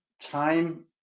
time